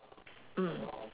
mm